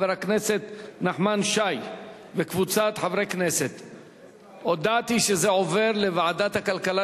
להצעה לסדר-היום ולהעביר את הנושא לוועדת הכלכלה